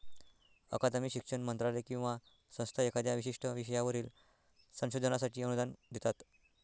अकादमी, शिक्षण मंत्रालय किंवा संस्था एखाद्या विशिष्ट विषयावरील संशोधनासाठी अनुदान देतात